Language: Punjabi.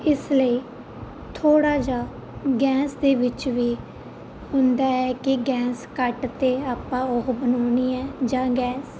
ਇਸ ਲਈ ਥੋੜ੍ਹਾ ਜਿਹਾ ਗੈਂਸ ਦੇ ਵਿੱਚ ਵੀ ਹੁੰਦਾ ਹੈ ਕਿ ਗੈਂਸ ਘੱਟ ਅਤੇ ਆਪਾਂ ਉਹ ਬਣਾਉਣੀ ਹੈ ਜਾਂ ਗੈਸ